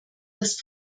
das